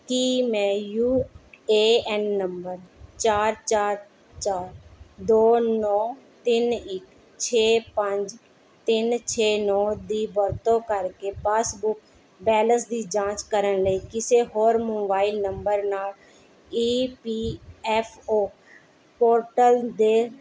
ਕੀ ਮੈਂ U A N ਨੰਬਰ ਚਾਰ ਚਾਰ ਚਾਰ ਦੋ ਨੌ ਤਿੰਨ ਇੱਕ ਛੇ ਪੰਜ ਤਿੰਨ ਛੇ ਨੌ ਦੀ ਵਰਤੋਂ ਕਰਕੇ ਪਾਸਬੁੱਕ ਬੈਲੇਂਸ ਦੀ ਜਾਂਚ ਕਰਨ ਲਈ ਕਿਸੇ ਹੋਰ ਮੋਬਾਇਲ ਨੰਬਰ ਨਾਲ਼ E P F O portal ਦੇ